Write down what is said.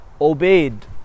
obeyed